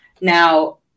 Now